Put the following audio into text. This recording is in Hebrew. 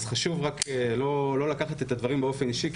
אז חשוב רק לא לקחת את הדברים באופן אישי.